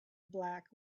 black